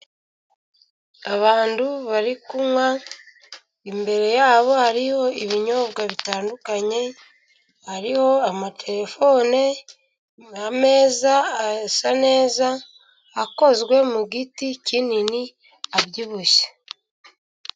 Abantu bari kunywa imbere, yabo hariho ibinyobwa bitandukanye, hariho amaterefone, ameza arasa neza, akozwe mu giti kinini, abyibushye.